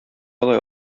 алай